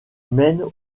mènent